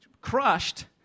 crushed